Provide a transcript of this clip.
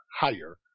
higher